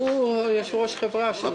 הוא יושב-ראש חברה שמתעסקת בקנאביס.